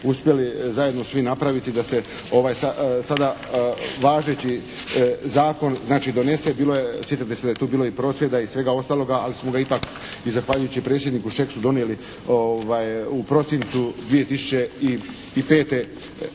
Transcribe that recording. uspjeli zajedno svi napraviti da se ovaj sada važeći zakon znači donese, bilo je, sjećate se da je tu bilo i prosvjeda i svega ostaloga, ali smo ga ipak i zahvaljujući predsjedniku Šeksu donijeli u prosincu 2005.